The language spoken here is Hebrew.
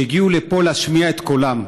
שהגיעו לפה להשמיע את קולם.